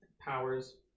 powers